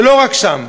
ולא רק שם?